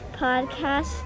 podcast